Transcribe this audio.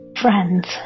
friends